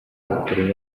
bakuru